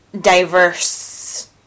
diverse